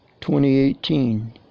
2018